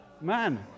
Man